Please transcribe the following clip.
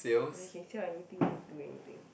like you can sell anything you can do anything